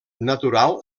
natural